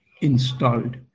installed